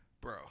bro